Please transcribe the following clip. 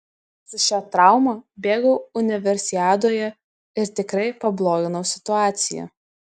su šia trauma bėgau universiadoje ir tikrai pabloginau situaciją